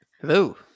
hello